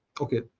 Okay